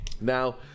Now